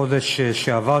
בחודש שעבר,